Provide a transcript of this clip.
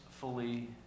fully